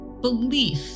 belief